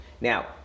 Now